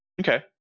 Okay